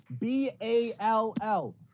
B-A-L-L